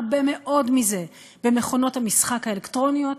הרבה מאוד מזה במכונות המשחק האלקטרוניות,